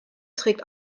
trägt